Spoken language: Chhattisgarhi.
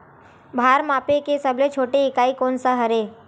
भार मापे के सबले छोटे इकाई कोन सा हरे?